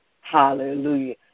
Hallelujah